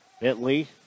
Bentley